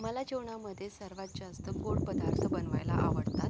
मला जेवणामध्ये सर्वात जास्त गोड पदार्थ बनवायला आवडतात